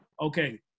Okay